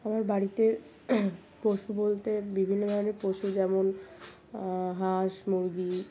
আমার বাড়িতে পশু বলতে বিভিন্ন ধরনের পশু যেমন হাঁস মুরগি